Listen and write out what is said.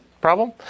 problem